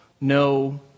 no